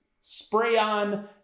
spray-on